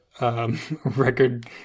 Record